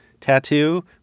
tattoo